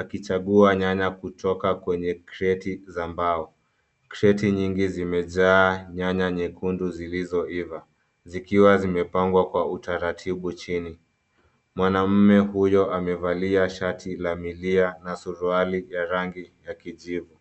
akichagua nyanya kutoka kwenye kreti za mbao. Kreti nyingi zimejaa nyanya nyekundu zilizoiva, zikiwa zimepangwa kwa utaratibu chini. Mwanaume huyo amevalia shati la milia na suruali ya rangi ya kijivu.